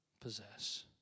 possess